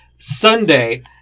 Sunday